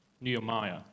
Nehemiah